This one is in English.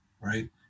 right